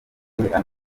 yafotowe